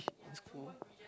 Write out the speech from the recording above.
in school